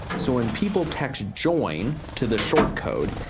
so when people text join to the shortcode,